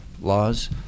laws